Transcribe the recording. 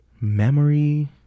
memory